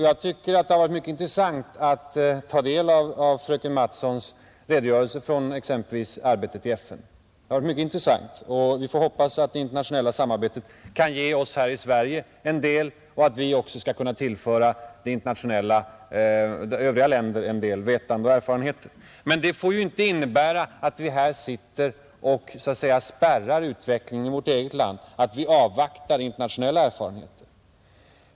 Det har varit mycket intressant att ta del av fröken Mattsons redogörelse från exempelvis arbetet i FN. Vi får hoppas att det internationella samarbetet ger oss här i Sverige en del och att vi även skall kunna tillföra övriga länder en del vetande och erfarenheter. Men det får ju inte innebära att vi här sitter och så att säga spärrar utvecklingen i vårt eget land, att vi avvaktar internationella erfarenheter.